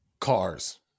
cars